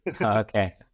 Okay